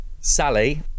Sally